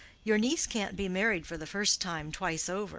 your niece can't be married for the first time twice over.